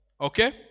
okay